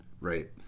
right